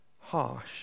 harsh